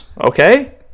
okay